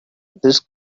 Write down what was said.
this